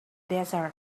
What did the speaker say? desert